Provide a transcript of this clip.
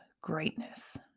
greatness